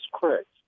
correct